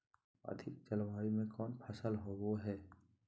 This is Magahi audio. अधिक जलवायु में कौन फसल होबो है?